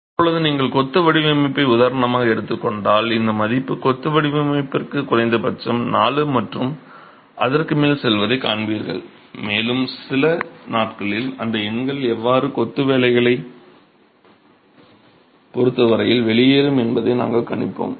இப்போது நீங்கள் கொத்து வடிவமைப்பை உதாரணமாக எடுத்துக் கொண்டால் இந்த மதிப்பு கொத்து வடிவமைப்பிற்கு குறைந்தபட்சம் 4 மற்றும் அதற்கு மேல் செல்வதைக் காண்பீர்கள் மேலும் சில நாட்களில் அந்த எண்கள் எவ்வாறு கொத்து வேலைகளைப் பொறுத்த வரையில் வெளியேறும் என்பதை நாங்கள் கணிப்போம்